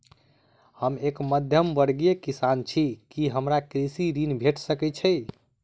हम एक मध्यमवर्गीय किसान छी, की हमरा कृषि ऋण भेट सकय छई?